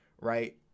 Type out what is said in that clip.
right